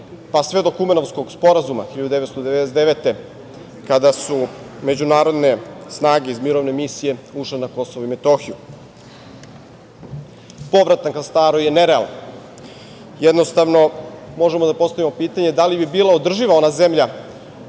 pa sve do Kumanovskog sporazuma 1999. godine kada su međunarodne snage iz mirovne misije ušle na Kosovo i Metohiju. Povratak na staro je nerealan. Jednostavno možemo da postavimo pitanje – da li bi bila održiva ona zemlja